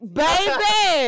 baby